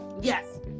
Yes